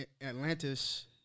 Atlantis